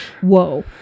whoa